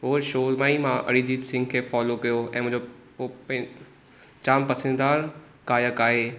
हो शो मां ई मां अरिजीत सिंह खे फोलो कयो ऐं मुंहिंजो जामु पसंददार गायकु आहे